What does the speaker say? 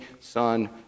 Son